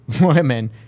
women